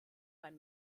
beim